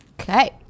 Okay